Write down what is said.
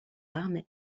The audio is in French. armes